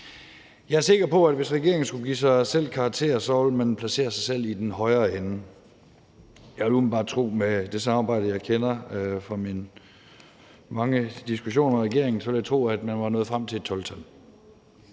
Jeg er sikker på, at hvis regeringen skulle give sig selv karakter, ville man placere sig selv i den højere ende. Jeg vil umiddelbart tro, at med det samarbejde, jeg kender fra mine mange diskussioner med regeringen, var man nået frem til et 12-tal.